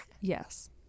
Yes